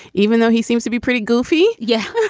even though he seems to be pretty goofy yeah.